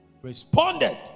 responded